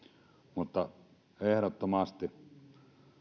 ole ehdottomasti